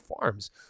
farms